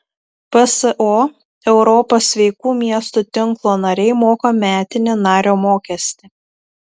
pso europos sveikų miestų tinklo nariai moka metinį nario mokestį